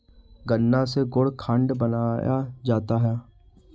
गन्ना से गुड़ खांड बनाया जाता है